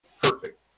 perfect